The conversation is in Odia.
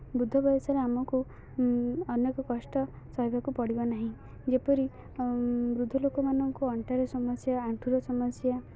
ବୃଦ୍ଧ ବୟସରେ ଆମକୁ ଅନେକ କଷ୍ଟ ସହହିବାକୁ ପଡ଼ିବ ନାହିଁ ଯେପରି ବୃଦ୍ଧ ଲୋକମାନଙ୍କୁ ଅଣ୍ଟାର ସମସ୍ୟା ଆଣ୍ଠୁୁର ସମସ୍ୟା